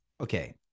okay